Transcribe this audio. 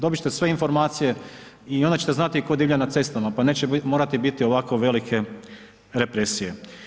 Dobit ćete sve informacije i onda ćete znati tko divlja na cestama pa neće morati biti ovako velike represije.